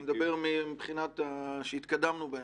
אני מדבר על דברים שהתקדמנו בהם.